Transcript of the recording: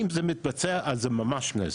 אם זה מתבצע אז זה ממש נזק,